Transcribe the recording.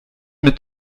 mit